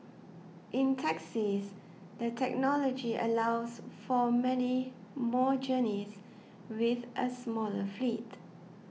in taxis the technology allows for many more journeys with a smaller fleet